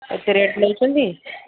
ଆଛ ରେଟ୍ ନେଉଛନ୍ତି